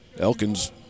Elkins